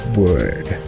word